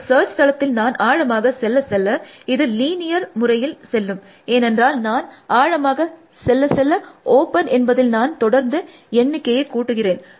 இந்த சர்ச் தளத்தில் நான் ஆழமாக செல்ல செல்ல இது லீனியர் முறையில் செல்லும் ஏனென்றால் நான் ஆழமாக செல்ல செல்ல ஓப்பன் என்பதில் நான் தொடர்ந்து எண்ணிக்கையை கூட்டுகிறேன்